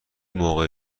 موقع